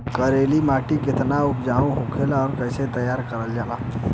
करेली माटी कितना उपजाऊ होला और कैसे तैयार करल जाला?